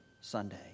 Sunday